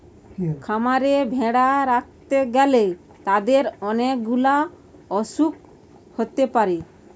খামারে ভেড়া রাখতে গ্যালে তাদের অনেক গুলা অসুখ হতে পারে